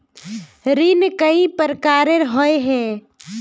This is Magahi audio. ऋण कई प्रकार होए है?